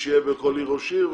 ושיהיה בכל עיר ראש עיר,